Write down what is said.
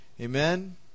Amen